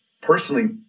personally